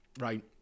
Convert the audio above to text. Right